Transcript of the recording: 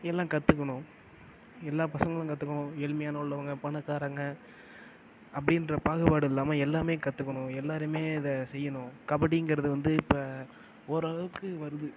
எல்லாம் கற்றுக்கணும் எல்லா பசங்களும் கத்துக்கணும் ஏழ்மையாக உள்ளவங்க பணக்காரங்க அப்படின்ற பாகுபாடு இல்லாமல் எல்லாம் கற்றுக்கணும் எல்லோருமே இதை செய்யணும் கபடிங்கிறது வந்து இப்போ ஓரளவுக்கு வருது